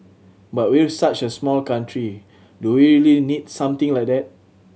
but we're such a small country do we really need something like that